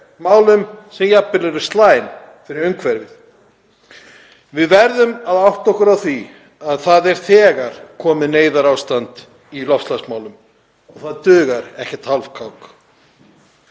málum sem jafnvel eru slæm fyrir umhverfið. Við verðum að átta okkur á því að það er þegar komið neyðarástand í loftslagsmálum og það dugar ekkert hálfkák.